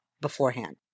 beforehand